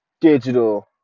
Digital